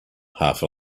half